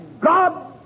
God